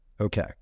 Okay